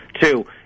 Two